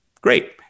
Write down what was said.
Great